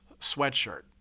sweatshirt